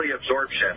absorption